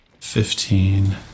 fifteen